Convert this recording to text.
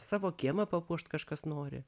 savo kiemą papuošt kažkas nori